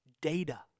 data